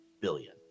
billion